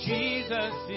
Jesus